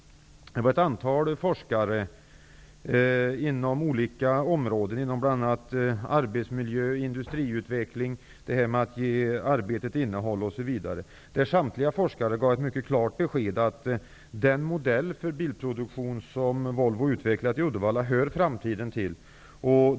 Där var ett antal forskare från områden som arbetsmiljö och industriutveckling och som studerar arbetsinnehåll osv. Samtliga forskare gav ett mycket klart besked, nämligen att den modell för bilproduktion som Volvo har utvecklat i Uddevalla hör framtiden till.